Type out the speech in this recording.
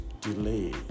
delay